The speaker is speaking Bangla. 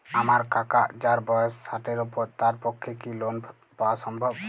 আমার কাকা যাঁর বয়স ষাটের উপর তাঁর পক্ষে কি লোন পাওয়া সম্ভব?